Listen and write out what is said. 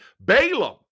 Balaam